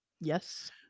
Yes